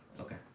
Okay